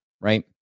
right